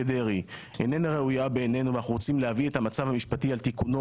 דרעי איננה ראויה בעינינו ואנחנו רוצים להביא את המצב המשפטי על תיקונו